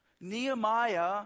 Nehemiah